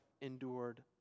endured